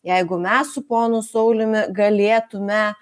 jeigu mes su ponu sauliumi galėtume